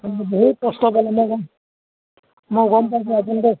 অঁ বহুত কষ্ট পালে মই মই গম পাইছো আপোনালোকে